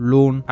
Loan